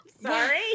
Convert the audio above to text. Sorry